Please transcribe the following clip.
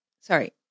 Sorry